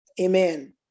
amen